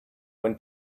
when